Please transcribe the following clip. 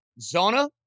Zona